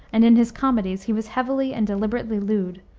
and in his comedies he was heavily and deliberately lewd,